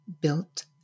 built